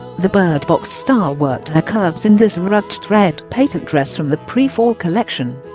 the birdbox star worked her curves in this ruched red patent dress from the pre-fall collection